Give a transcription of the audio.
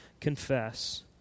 confess